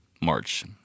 March